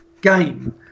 game